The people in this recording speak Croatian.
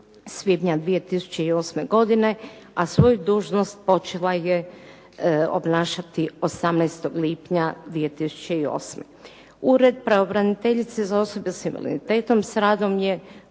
svibnja 2008. godine, a svoju dužnost počela je obnašati 18. lipnja 2008. Ured pravobraniteljice za osobe s invaliditetom s radom je